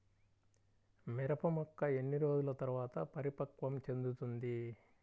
మిరప మొక్క ఎన్ని రోజుల తర్వాత పరిపక్వం చెందుతుంది?